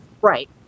right